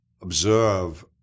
observe